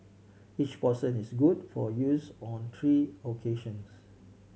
each portion is good for use on three occasions